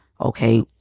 okay